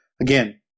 Again